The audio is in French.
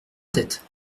tête